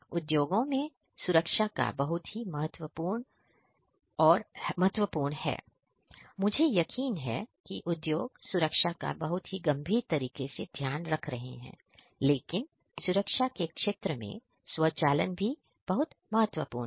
उद्योगों में सुरक्षा बहुत ही महत्वपूर्ण है और मुझे यकीन है कि उद्योग सुरक्षा का बहुत ही गंभीर तरीके से ध्यान रख रहे हैं लेकिन सुरक्षा के क्षेत्र में स्वचालन बहुत ही महत्वपूर्ण है